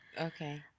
Okay